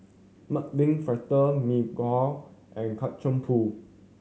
mung bean fritter Mee Kuah and Kacang Pool